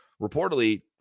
reportedly